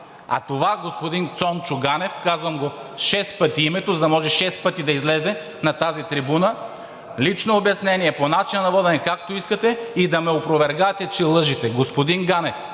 а това господин Цончо Ганев – казвам шест пъти името, за да може шест пъти да излезе на тази трибуна – лично обяснение, по начина на водене, както искате, и да ме опровергаете, че лъжете. Господин Ганев,